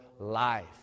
life